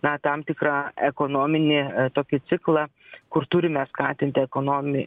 na tam tikrą ekonominį tokį ciklą kur turime skatinti ekonomi